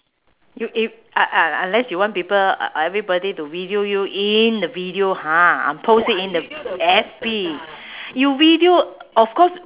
you if uh uh un~ unless you want people e~ everybody to video you in the video ha post it in the F_B you video of course